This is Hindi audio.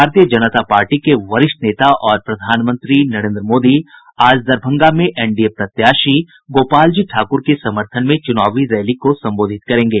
भारतीय जनता पार्टी के वरिष्ठ नेता और प्रधानमंत्री नरेन्द्र मोदी आज दरभंगा में एनडीए प्रत्याशी गोपालजी ठाकूर के समर्थन में चुनावी रैली को संबोधित करेंगे